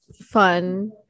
fun